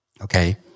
Okay